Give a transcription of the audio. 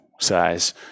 size